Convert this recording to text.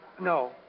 No